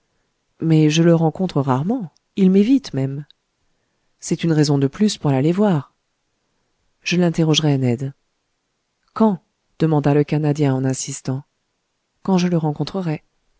mais je le rencontre rarement il m'évite même c'est une raison de plus pour l'aller voir je l'interrogerai ned quand demanda le canadien en insistant quand je le rencontrerai